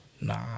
Nah